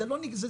זה לא הסיפור,